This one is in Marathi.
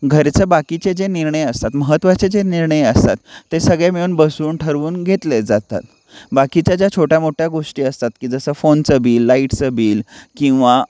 घरचे बाकीचे जे निर्णय असतात महत्त्वाचे जे निर्णय असतात ते सगळे मिळून बसून ठरवून घेतले जातात बाकीच्या ज्या छोट्या मोठ्या गोष्टी असतात की जसं फोनचं बिल लाईटचं बिल किंवा